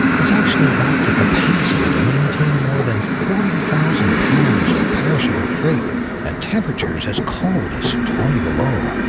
it's actually got the capacity to maintain more than forty thousand pounds of perishable freight at temperatures as cold as twenty below